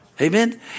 Amen